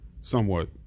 somewhat